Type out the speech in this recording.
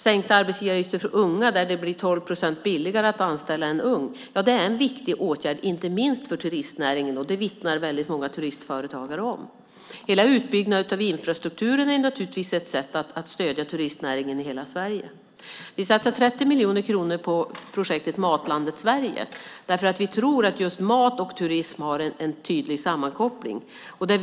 Sänkta arbetsgivaravgifter för unga som innebär att det blir 12 procent billigare att anställa en ung person är en viktig åtgärd, inte minst för turistnäringen. Det vittnar väldigt många turistföretagare om. Hela utbyggnaden av infrastrukturen är naturligtvis ett sätt att stödja turistnäringen i hela Sverige. Vi satsar 30 miljoner kronor på projektet Matlandet Sverige därför att vi tror att just mat och turism är tydligt sammankopplade.